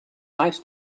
nice